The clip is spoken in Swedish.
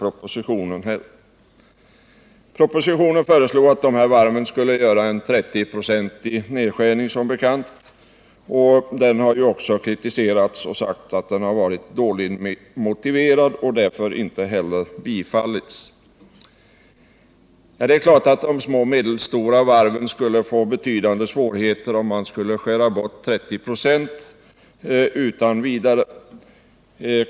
Propositionen föreslår som bekant att de mindre och medelstora varven skall göra en 30-procentig nedskärning. Propositionen har kritiserats för att vara dåligt motiverad i det här avseendet, och den har inte heller tillstyrkts av utskottet i denna del. Självfallet skulle de små och medelstora varven få betydande svårigheter, om man utan vidare skulle skära bort 30 96 av verksamheten.